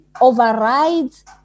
overrides